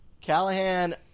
Callahan